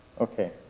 Okay